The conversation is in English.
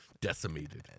decimated